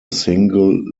single